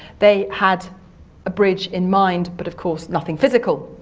they had a bridge in mind but of course nothing physical.